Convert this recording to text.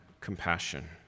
compassion